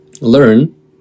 learn